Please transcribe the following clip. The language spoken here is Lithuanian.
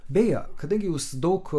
beje kadangi jūs daug